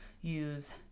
use